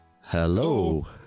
Hello